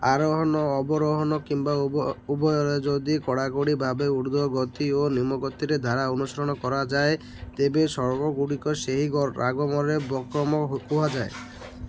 ଆରୋହଣ ଅବରୋହଣ କିମ୍ବା ଉଭ ଉଭୟରେ ଯଦି କଡ଼ାକଡ଼ି ଭାବେ ଊର୍ଦ୍ଧ୍ଵ ଗତି ଓ ନିମ୍ନଗତିର ଧାରା ଅନୁସରଣ କରାନଯାଏ ତେବେ ସ୍ଵରଗୁଡ଼ିକୁ ସେହି ରାଗମରେ ବକ୍ରମ୍ କୁହାଯାଏ